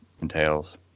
entails